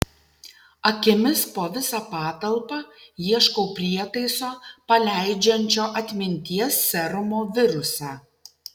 akimis po visą patalpą ieškau prietaiso paleidžiančio atminties serumo virusą